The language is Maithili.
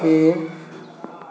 एक